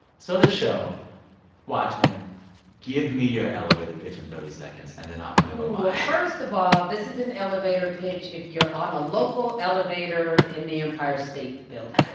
so the show watchmen give me your elevator pitch in thirty seconds. and then i'll come in with mine first of all, this is an elevator pitch if you're on a local elevator in the empire state building.